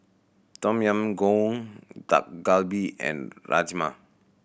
Tom Yam Goong Dak Galbi and Rajma